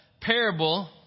parable